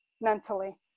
mentally